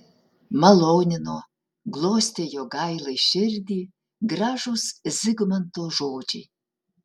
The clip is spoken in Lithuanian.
malonino glostė jogailai širdį gražūs zigmanto žodžiai